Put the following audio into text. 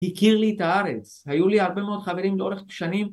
הכיר לי את הארץ היו לי הרבה מאוד חברים לאורך שנים